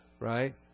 Right